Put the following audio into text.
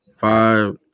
five